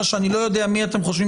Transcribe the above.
המון.